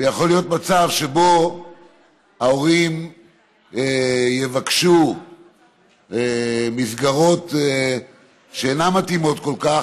ויכול להיות מצב שבו ההורים יבקשו מסגרות שאינן מתאימות כל כך,